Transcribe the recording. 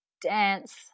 dance